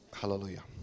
Hallelujah